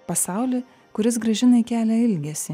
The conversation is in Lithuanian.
pasaulį kuris gražinai kelia ilgesį